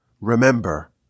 Remember